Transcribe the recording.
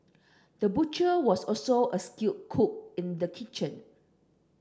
the butcher was also a skill cook in the kitchen